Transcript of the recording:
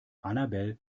annabel